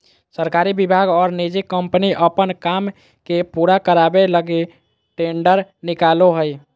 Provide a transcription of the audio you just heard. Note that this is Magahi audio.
सरकारी विभाग और निजी कम्पनी अपन काम के पूरा करावे लगी टेंडर निकालो हइ